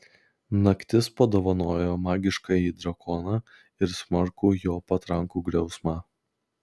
naktis padovanojo magiškąjį drakoną ir smarkų jo patrankų griausmą